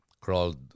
crawled